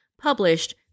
published